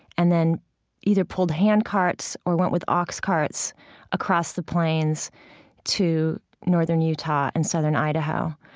and then either pulled handcarts or went with oxcarts across the plains to northern utah and southern idaho.